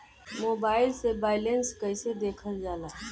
Mobile से balance कइसे देखल जाला?